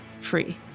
free